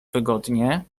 wygodnie